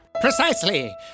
Precisely